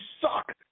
suck